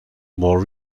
more